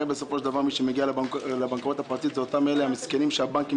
הרי בסופו של דבר מי שמגיע לבנקאות הפרטית זה אותם המסכנים שהבנקים